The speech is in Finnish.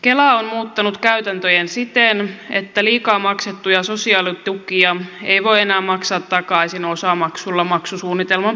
kela on muuttanut käytäntöjään siten että liikaa maksettuja sosiaalitukia ei voi enää maksaa takaisin osamaksulla maksusuunnitelman perusteella